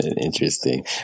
Interesting